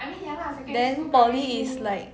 then poly is like